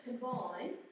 combine